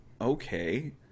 okay